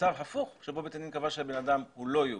מצב הפוך שבו בית הדין קבע שהבן אדם הוא לא יהודי.